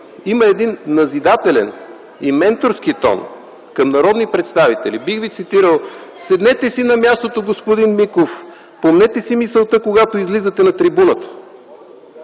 Има един назидателен и менторски тон към народни представители. Бих ви цитирал: „Седнете си на мястото, господин Миков!”, „Помнете си мисълта, когато излизате на трибуната!”.